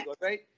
right